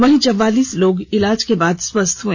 वहीं चौवालीस लोग इलाज के बाद स्वस्थ हो गए